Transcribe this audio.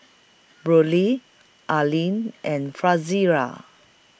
Braulio Arlyn and Frazier